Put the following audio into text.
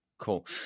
Cool